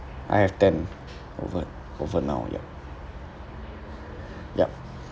I have ten over over now yup